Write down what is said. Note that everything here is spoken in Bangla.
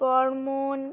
বর্মণ